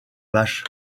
vache